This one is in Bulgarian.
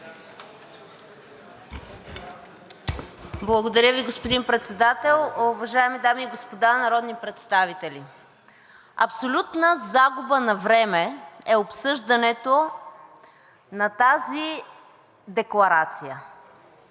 Благодаря Ви, господин Председател. Уважаеми дами и господа народни представители, абсолютна загуба на време е обсъждането на тази декларация.